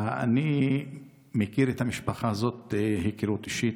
אני מכיר את המשפחה הזאת היכרות אישית.